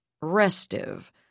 restive